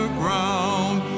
ground